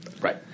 Right